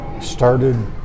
started